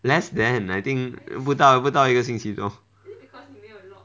less than I think 不到不到一个星期 lor